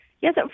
Yes